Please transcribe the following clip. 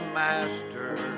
master